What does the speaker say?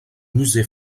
musée